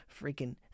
freaking